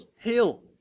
heal